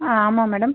ஆ ஆமாம் மேடம்